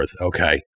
okay